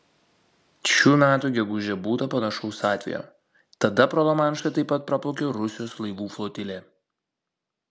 šių metų gegužę būta panašaus atvejo tada pro lamanšą taip pat praplaukė rusijos laivų flotilė